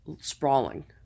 sprawling